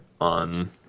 on